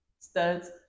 studs